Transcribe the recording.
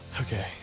okay